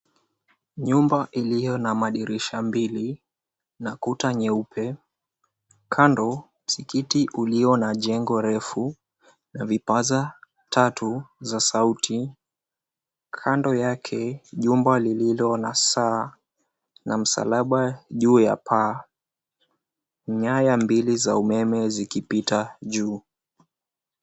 Nyumba ilio na madirisha mbili na kuta nyeupe, kando msikiti ulio na jengo refu na vipaza tatu za sauti, kando yake jumba lililo na saa na msalaba juu ya paa, nyaya mbili za umeme zikipita juu.